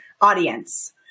audience